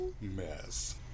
mess